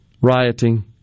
rioting